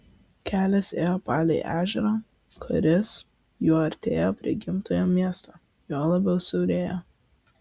kelias ėjo palei ežerą kuris juo artėjau prie gimtojo miesto juo labiau siaurėjo